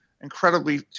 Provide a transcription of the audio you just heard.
incredibly